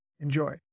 Enjoy